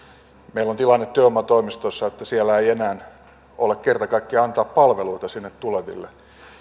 meillä on tilanne työvoimatoimistoissa että siellä ei enää ole kerta kaikkiaan antaa palveluita sinne tuleville